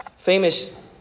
Famous